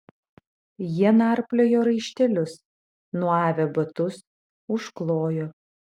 jie narpliojo raištelius nuavę batus užklojo